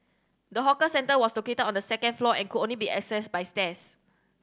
the hawker centre was located on the second floor and could only be accessed by stairs